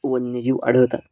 वन्यजीव आढळतात